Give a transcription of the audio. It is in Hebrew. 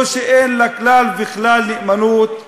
או שאין לה כלל וכלל נאמנות כלפיהם?